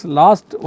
last